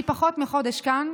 אני פחות מחודש כאן,